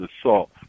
assault